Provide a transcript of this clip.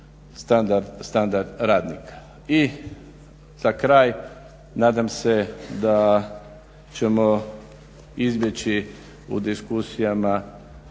I za kraj, nadam se da ćemo izbjeći u diskusijama